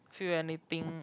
feel anything